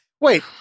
Wait